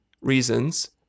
reasons